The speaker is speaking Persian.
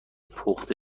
پخته